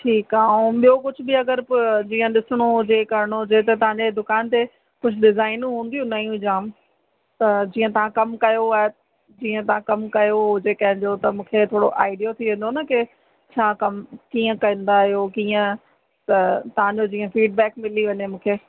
ठीकु आहे ऐं ॿियो कुझु बि अगरि पोइ जीअं ॾिसिणो हुजे करिणो हुजे त तव्हांजे दुकान ते कुझु डिज़ाइनियूं हूंदियूं नयूं जाम त जीअं तव्हां कमु कयो आहे जीअं तव्हां कमु कयो जेका ॿियो त मूंखे थोरो आइडियो थी वेंदो न की छा कमु कीअं कंदा आहियो कीअं त तव्हांजो जीअं फीडबैक मिली वञे मूंखे